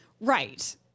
Right